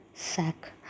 sack